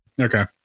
Okay